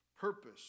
purpose